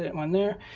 and one there.